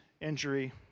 injury